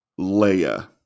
Leia